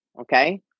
okay